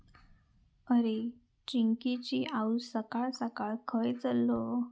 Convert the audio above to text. अरे, चिंकिची आऊस सकाळ सकाळ खंय चल्लं?